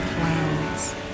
clouds